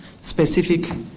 specific